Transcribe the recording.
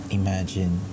imagine